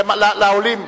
לעולים.